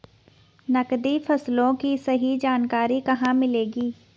नकदी फसलों की सही जानकारी कहाँ मिलेगी?